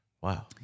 Wow